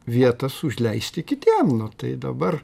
vietas užleisti kitiem nu tai dabar